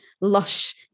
lush